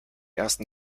ersten